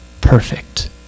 Perfect